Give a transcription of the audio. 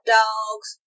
dogs